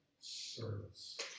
service